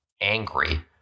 Angry